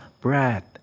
breath